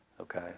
okay